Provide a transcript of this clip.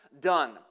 done